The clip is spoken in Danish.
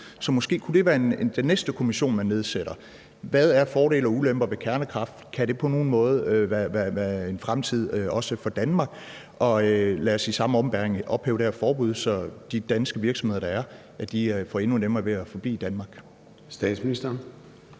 så måske kunne det være den næste kommission, man nedsætter. Hvad er fordelene og ulemperne ved kernekraft? Kan det på nogen måde være en del af fremtiden, også for Danmark? Og lad os i samme ombæring ophæve det her forbud, så de danske virksomheder, der er, får endnu nemmere ved at forblive i Danmark. Kl.